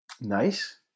Nice